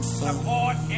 Support